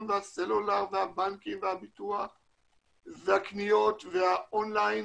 והסלולר והבנקים והביטוח והקניות והאון-ליין